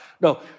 no